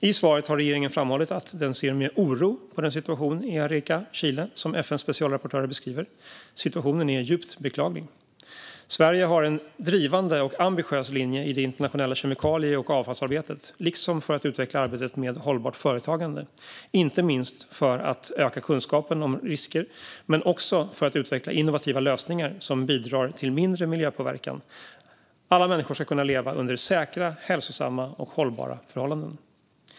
I svaret har regeringen framhållit att den ser med oro på den situation i Arica, Chile, som FN:s specialrapportörer beskriver. Situationen är djupt beklaglig. Sverige har en drivande och ambitiös linje i det internationella kemikalie och avfallsarbetet, liksom för att utveckla arbetet med hållbart företagande, inte minst för att öka kunskapen om risker men också för att utveckla innovativa lösningar som bidrar till mindre miljöpåverkan. Alla människor ska kunna leva under säkra, hälsosamma och hållbara förhållanden.